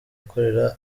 akorera